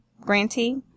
grantee